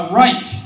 right